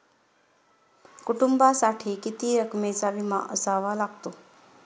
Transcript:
कुटुंबासाठी किती रकमेचा विमा असावा लागतो?